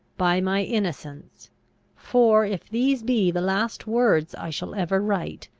by my innocence for, if these be the last words i shall ever write,